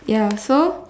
ya so